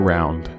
Round